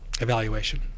evaluation